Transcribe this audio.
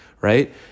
right